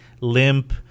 limp